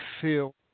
feel